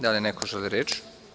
Da li neko želi reč?